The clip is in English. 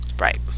right